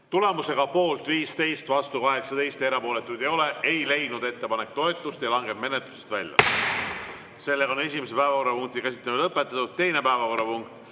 Tulemusega poolt 15, vastu 18, erapooletuid ei ole, ei leidnud ettepanek toetust ja langeb menetlusest välja. Esimese päevakorrapunkti käsitlemine on lõpetatud. Teine päevakorrapunkt: